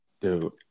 Dude